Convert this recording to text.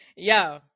Yo